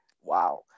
wow